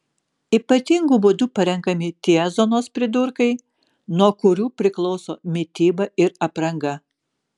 ypatingu būdu parenkami tie zonos pridurkai nuo kurių priklauso mityba ir apranga